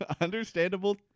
Understandable